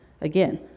Again